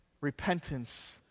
repentance